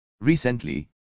Recently